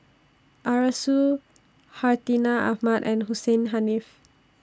Arasu Hartinah Ahmad and Hussein Haniff